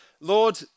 Lord